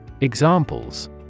Examples